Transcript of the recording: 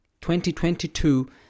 2022